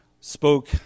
spoke